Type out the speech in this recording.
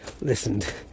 listened